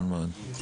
נכון מאוד.